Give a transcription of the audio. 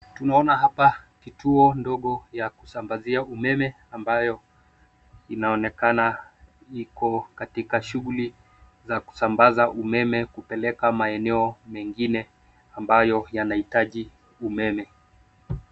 Tunaona hapa kituo ndogo ya kusambazia umeme ambayo inaonekana iko katika shughuli za kusambaza umeme kupeleka maeneo mengine ambayo yanahitaji umeme.